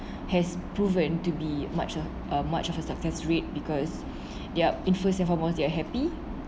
has proven to be much uh uh much of a success rate because they're in first and foremost they are happy